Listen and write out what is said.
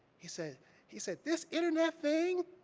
he said, he said, this internet thing,